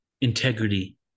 integrity